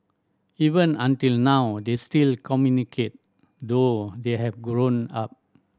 even until now they still communicate though they have grown up